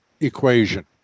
equation